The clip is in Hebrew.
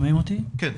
כן,